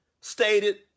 stated